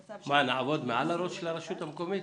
לעבוד מעל ראש הרשות המקומית?